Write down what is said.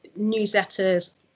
newsletters